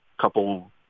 couple